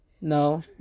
No